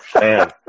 Man